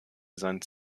sein